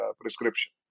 prescription